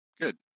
Good